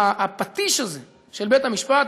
והפטיש הזה של בית-המשפט,